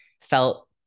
felt